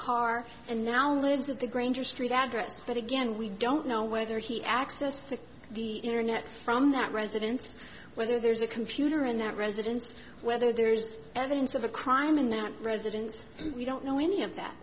car and now lives of the granger street address but again we don't know whether he access to the internet from that residence whether there's a computer in that residence whether there's evidence of a crime in that residence and we don't know any of that